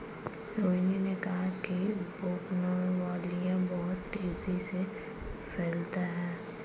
रोहिनी ने कहा कि बोगनवेलिया बहुत तेजी से फैलता है